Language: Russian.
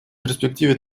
перспективе